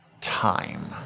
time